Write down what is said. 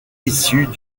issue